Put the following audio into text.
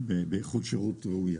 באיכות שירות ראויה.